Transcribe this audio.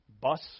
bus